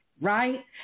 right